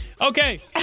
Okay